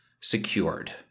secured